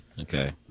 Okay